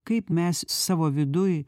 kaip mes savo viduj